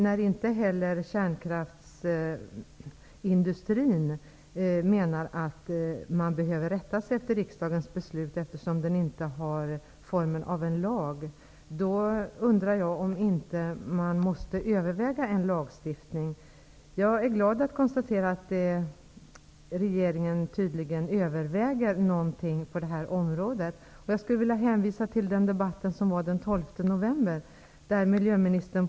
När kärnkraftsindustrin menar att man inte behöver rätta sig efter riksdagens beslut eftersom det inte har formen av en lag, undrar jag om man inte måste överväga en lagstiftning. Jag är glad att kunna konstatera att regeringen tydligen överväger någonting på det här området. Jag skulle vilja hänvisa till debatten den 12 november.